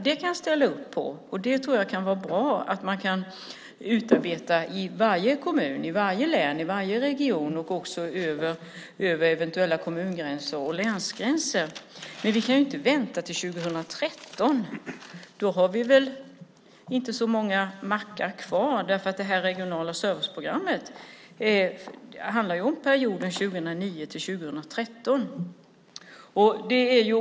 Det kan jag ställa upp på, och jag tror att det kan vara bra att utarbeta sådana i varje kommun, i varje län, i varje region och också över eventuella kommun och länsgränser. Men vi kan ju inte vänta till 2013! Då har vi väl inte så många mackar kvar, för det här regionala serviceprogrammet handlar ju om perioden 2009-2013.